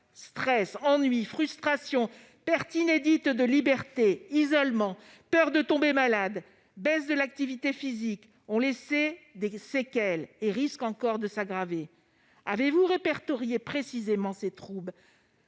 stress, ennui, frustration, perte inédite de liberté, isolement, peur de tomber malade, baisse de l'activité physique ont déjà laissé des séquelles qui risquent encore de s'aggraver. Avez-vous répertorié précisément ces troubles ?